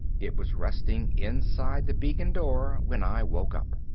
it was resting inside the beacon door when i woke up.